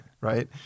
Right